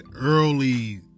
early